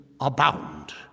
abound